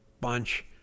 bunch